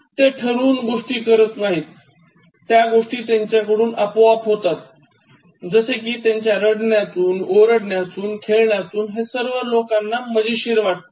ते ठरवून त्या गोष्टी करत नाहीत त्या गोष्टी त्यांच्या कडून आपोआप होतात जसे कि त्यांच्या रडण्यातून ओरडण्यातून खेळण्यांतून हे सर्व लोकांना मजेशीर वाटतं